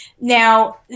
Now